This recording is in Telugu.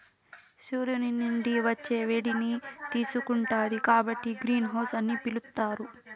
సూర్యుని నుండి వచ్చే వేడిని తీసుకుంటాది కాబట్టి గ్రీన్ హౌస్ అని పిలుత్తారు